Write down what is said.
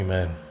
Amen